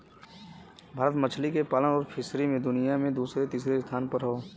भारत मछली के पालन आउर फ़िशरी मे दुनिया मे दूसरे तीसरे स्थान पर हौ